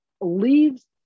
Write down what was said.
leaves